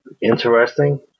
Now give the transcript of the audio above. Interesting